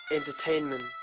Entertainment